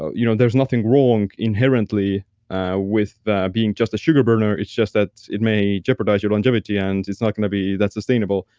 you know, there's nothing wrong inherently with being just a sugar-burner it's just that it may jeopardize your longevity and it's not going to be that sustainable.